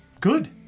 Good